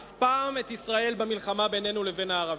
אף פעם, את ישראל במלחמה בינינו לבין הערבים.